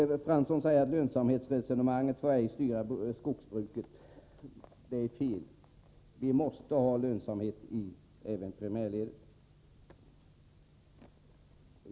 Jan Fransson säger att lönsamhetsresonemanget inte får styra skogsbruket, men det är fel.